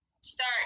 Start